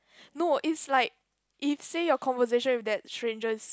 no it's like if say your conversation with that stranger is